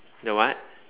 the what